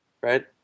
right